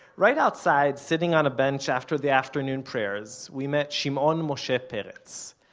right outside, sitting on a bench after the afternoon prayers, we met shimon moshe peretz.